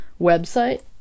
website